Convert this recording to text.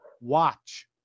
watch